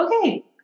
okay